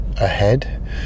ahead